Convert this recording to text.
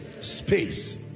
Space